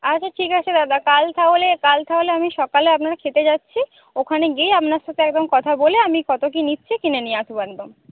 আচ্ছা ঠিক আছে দাদা কাল তাহলে কাল তাহলে আমি সকালে আপনার ক্ষেতে যাচ্ছি ওখানে গিয়ে আপনার সাথে একদম কথা বলে আমি কত কী নিচ্ছি কিনে নিয়ে আসবো একদম